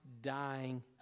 dying